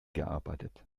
gearbeitet